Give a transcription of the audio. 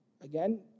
Again